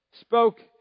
spoke